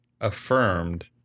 affirmed